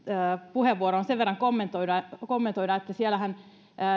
puheenvuoroon sen verran kommentoida että kommentoida että siellähän